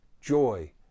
joy